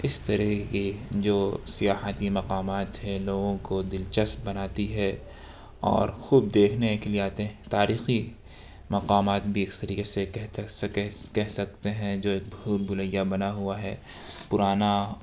اس طرح کی جو سیاحتی مقامات ہیں لوگوں کو دلچسپ بناتی ہے اور خوب دیکھنے کے لیے آتے ہیں تاریخی مقامات بھی اس طریقے سے کہہ کہہ سکتے ہیں جو بھول بھلیاں بنا ہوا ہے پرانا